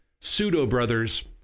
pseudo-brothers